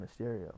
Mysterio